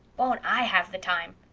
won't i have the time!